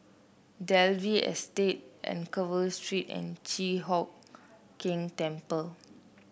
Dalvey Estate Anchorvale Street and Chi Hock Keng Temple